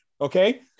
Okay